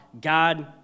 God